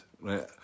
right